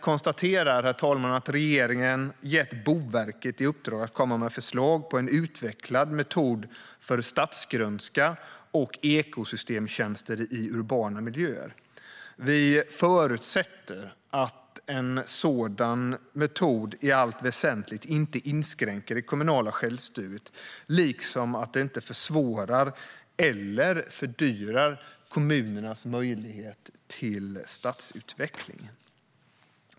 Herr talman! Regeringen har gett Boverket i uppdrag att komma med förslag på en utvecklad metod för stadsgrönska och ekosystemtjänster i urbana miljöer. Vi förutsätter dock att en sådan metod i allt väsentligt inte inskränker det kommunala självstyret, liksom att det inte försvårar eller fördyrar kommunernas möjligheter till stadsutveckling.